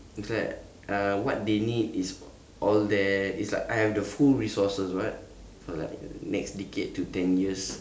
it's like uh what they need is all there it's like I have the full resources [what] for like next decade to ten years